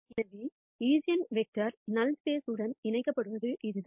எனவே ஈஜென்வெக்டர்கள் null space உடன் இணைக்கப்படுவது இதுதான்